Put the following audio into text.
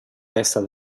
testa